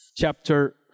chapter